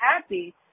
happy